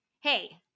hey